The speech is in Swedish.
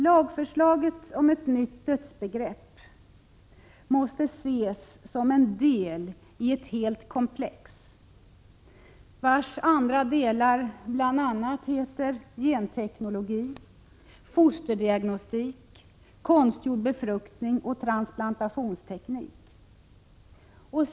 Lagförslaget om ett nytt dödsbegrepp måste ses som en del i ett helt komplex, vars andra delar bl.a. heter genteknologi, fosterdiagnostik, konstgjord befruktning och transplantationsteknik.